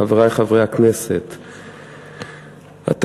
חברי חברי הכנסת, התקציב,